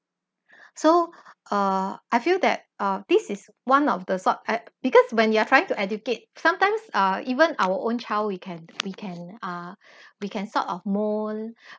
so uh I feel that uh this is one of the sort because when you are trying to educate sometimes uh even our own child we can we can uh we can sort of mould ah